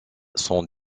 sont